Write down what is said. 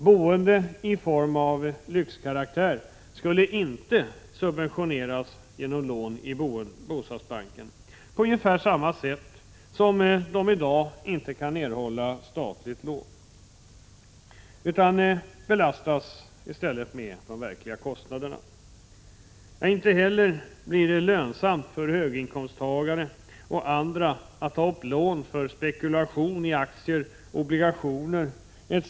Boende av lyxkaraktär skulle inte subventioneras genom lån i bostadsbanken — på ungefär samma sätt som man i dag inte kan erhålla statliga lån — utan i stället belastas det med de verkliga kostnaderna. Inte heller blir det lönsamt för höginkomsttagare och andra att ta lån för spekulation i aktier, obligationer etc.